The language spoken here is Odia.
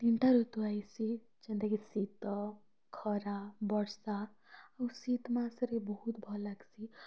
ତିନ୍ ଟା ଋତୁ ଆଇସି ଯେନ୍ତାକି ଶୀତ ଖରା ବର୍ଷା ଆଉ ଶୀତ୍ ମାସ୍ରେ ବହୁତ୍ ଭଲ୍ ଲାଗ୍ସି